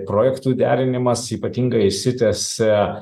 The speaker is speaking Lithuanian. projektų derinimas ypatingai išsitęsia